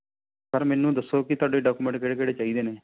sir ਮੈਨੂੰ ਦੱਸੋ ਕਿ ਤੁਹਾਡੇ ਡਾਕੂਮੈਂਟ ਕਿਹੜੇ ਕਿਹੜੇ ਚਾਹੀਦੇ ਨੇ